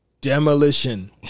demolition